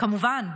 כמובן,